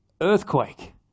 earthquake